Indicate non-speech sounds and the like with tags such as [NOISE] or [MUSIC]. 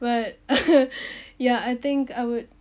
but [LAUGHS] ya I think I would